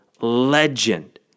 legend